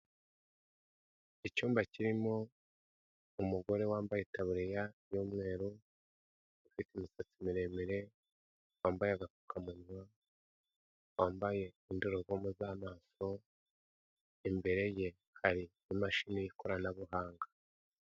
Icyumba kirimo umugore wambaye itaburiya y'umweru ufite imisatsi miremire wambaye agapfukamunwa wambaye indorerwamo z'amaso imbere ye hari imashini y'ikoranabuhanga.